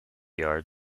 yard